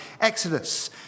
exodus